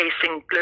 facing